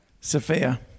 Sophia